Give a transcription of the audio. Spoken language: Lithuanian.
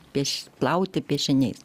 pieš plauti piešiniais